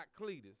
cletus